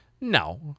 No